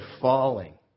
falling